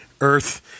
earth